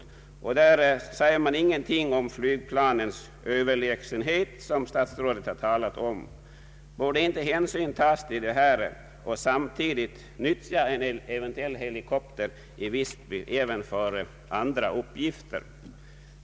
Sjöfartsstyrelsen säger ingenting om flygplanens överlägsenhet, som statsrådet har talat om. Borde inte hänsyn tas till detta yttrande och en eventuell helikopter i Visby utnyttjas även för andra uppgifter?